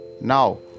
Now